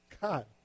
God